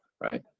right